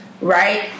right